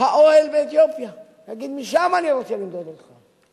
האוהל באתיופיה, להגיד: משם אני רוצה למדוד אתכם.